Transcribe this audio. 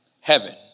heaven